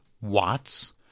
watts